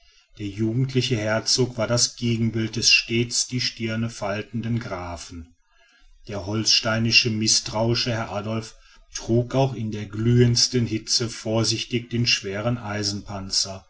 der jugendliche herzog war das gegenbild des stets die stirn faltenden grafen der holsteinisch mißtrauische herr adolf trug auch in der glühendsten hitze vorsichtig den schweren eisenpanzer